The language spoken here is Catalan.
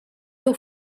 teu